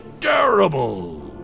terrible